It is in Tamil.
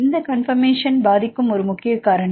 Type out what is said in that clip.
இந்த கான்பர்மேஷன் பாதிக்கும் ஒரு முக்கிய காரணி